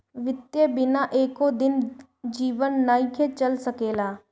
वित्त बिना एको दिन जीवन नाइ चल सकेला